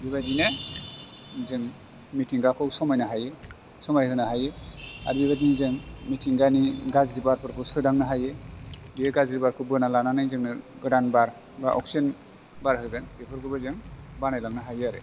बेबायदिनो जों मिथिंगाखौ समायनो हायो समायहोनो हायो आरो बेबायदिनो जों मिथिंगानि गाज्रि बारफोरखौ सोदांनो हायो बियो गाज्रि बारखौ बोना लानानै जोंनो गोदान बार बा अक्सिजेन बार होगोन बेफोरखौबो जों बानायलांनो हायो आरो